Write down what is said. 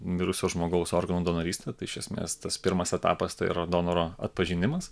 mirusio žmogaus organų donorystę tai iš esmės tas pirmas etapas tai yra donoro atpažinimas